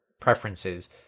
preferences